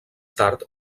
tard